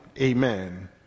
amen